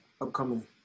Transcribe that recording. upcoming